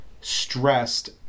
stressed